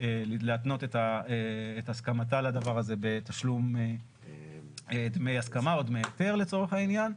להתנות את הסכמתה לדבר הזה בתשלום דמי הסכמה או דמי היתר לצורך העניין,